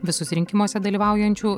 visus rinkimuose dalyvaujančių